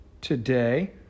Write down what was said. today